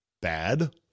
bad